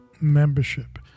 membership